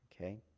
Okay